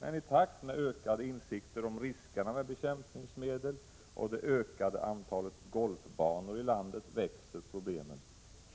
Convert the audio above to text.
Men i takt med ökade insikter om riskerna med bekämpningsmedel och det ökade antalet golfbanor i landet växer problemen.